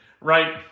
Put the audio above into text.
right